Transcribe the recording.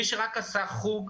מי שרק עשה חוג,